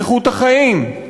איכות החיים.